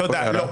לא.